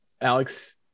Alex